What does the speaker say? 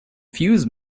fuse